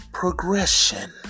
Progression